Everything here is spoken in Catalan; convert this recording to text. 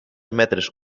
metres